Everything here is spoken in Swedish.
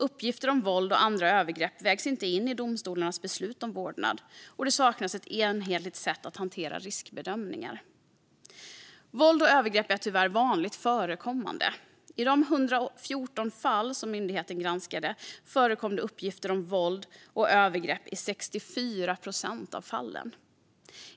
Uppgifter om våld och andra övergrepp vägs inte in i domstolarnas beslut om vårdnad, och det saknas ett enhetligt sätt att hantera riskbedömningar. Våld och övergrepp är tyvärr vanligt förekommande. I de 814 fall som myndigheten granskade förekom det uppgifter om våld och övergrepp i 64 procent av fallen.